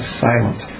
silent